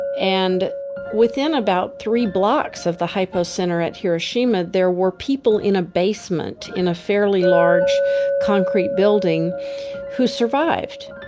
and within about three blocks of the hypocenter at hiroshima, there were people in a basement in a fairly large concrete building who survived